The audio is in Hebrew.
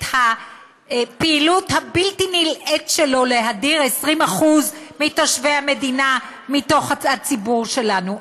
את הפעילות הבלתי-נלאית שלו להדיר 20% מתושבי המדינה מתוך הציבור שלנו?